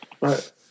Right